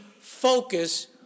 focus